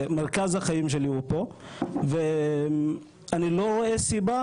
מרכז החיים שלי הוא פה ואני לא רואה סיבה